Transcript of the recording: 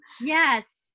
Yes